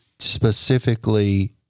specifically